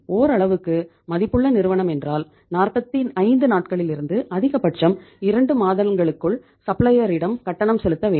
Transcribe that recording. ஓரளவுக்கு மதிப்புள்ள நிறுவனம் என்றால் 45 நாட்களிலிருந்து அதிகபட்சம் இரண்டு மாதத்திற்குள் சப்ளையரிடம் கட்டணம் செலுத்த வேண்டும்